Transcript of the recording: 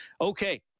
okay